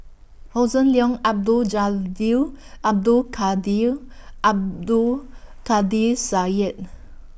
Hossan Leong Abdul Jalil Abdul Kadir Abdul Kadir Syed